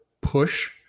push